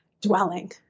dwelling